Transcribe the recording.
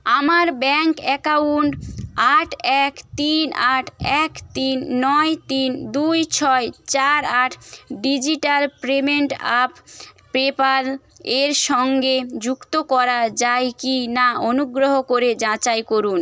আমার bank account আট এক তিন আট এক তিন নয় তিন দুই ছয় চার আট ডিজিটাল পেমেন্ট অ্যাপ পেপ্যালের সঙ্গে যুক্ত করা যায় কি না অনুগ্রহ করে যাচাই করুন